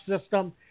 system